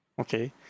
okay